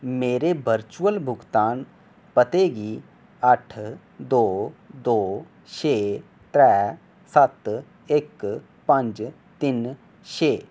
मेरे वर्चुअल भुगतान पते गी अट्ठ दो छे त्रै सत्त इक पंज तिन्न छे पंच